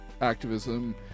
activism